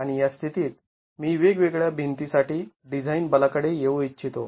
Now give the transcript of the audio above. आणि या स्थितीत मी वेगवेगळ्या भिंती साठी डिझाईन बला कडे येऊ इच्छितो